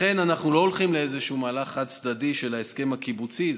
לכן אנחנו לא הולכים לאיזשהו מהלך חד-צדדי של ההסכם הקיבוצי.